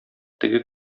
теге